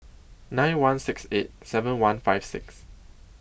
nine one six eight seven one five six